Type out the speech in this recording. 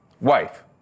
wife